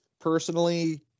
personally